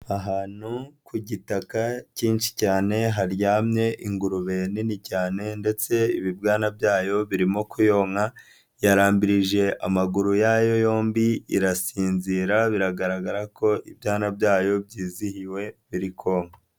Ahantu ku gitaka cyinshi cyane, haryamye ingurube nini cyane ndetse ibibwana byayo birimo koyonka, yarambirije amaguru yayo yombi, irasinzira, biragaragara ko ibyana byayo byizihiwe, biri konka.